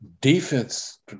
Defense